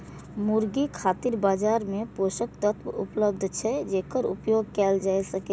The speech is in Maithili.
मुर्गी खातिर बाजार मे पोषक तत्व उपलब्ध छै, जेकर उपयोग कैल जा सकैए